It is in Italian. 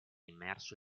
immerso